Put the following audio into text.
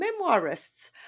memoirists